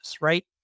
Right